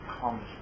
comes